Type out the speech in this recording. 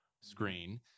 screen